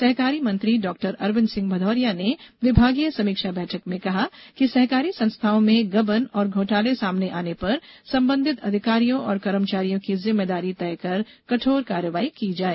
सहकारिता मंत्री डाक्टर अरविन्द सिंह भदौरिया ने विभागीय समीक्षा बैठक में कहा कि सहकारी संस्थाओं में गबन और घोटाले सामने पर संबंधित अधिकारियों और कर्मचारियों की जिम्मेदारी तय कर कठोर कार्यवाही की जावे